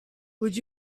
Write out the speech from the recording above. would